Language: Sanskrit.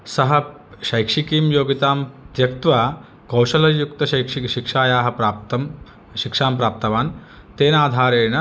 सः शैक्षिकीं योग्यतां त्यक्त्वा कौशलयुक्तशैक्षिकशिक्षायाः प्राप्तं शिक्षां प्राप्तवान् तेनाधारेण